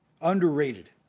underrated